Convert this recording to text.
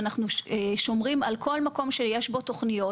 שאנחנו שומרים על כל מקום שיש בו תוכניות